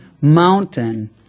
mountain